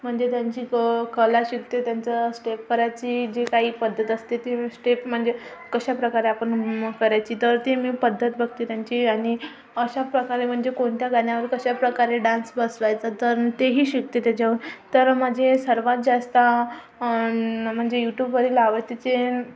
म्हणजे ज्यांची क कला शिकते त्यांचं स्टेप करायची जी काही पद्धत असते ती स्टेप म्हणजे कशा प्रकारे आपण म करायची तर ती मी पद्धत बघते त्यांची आणि अशा प्रकारे म्हणजे कोणत्या गाण्यावर कशा प्रकारे डान्स बसवायचा तर न तेही शिकते तेच्यावर तर माझे सर्वात जास्त न म्हणजे युटूबवरील आवडतीचे